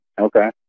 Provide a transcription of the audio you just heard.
Okay